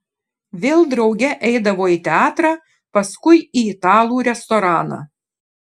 vėl drauge eidavo į teatrą paskui į italų restoraną